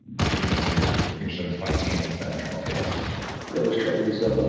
because you're you're sort of fighting against that internal feeling you have you're always trumping yourself up.